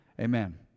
amen